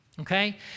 Okay